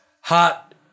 hot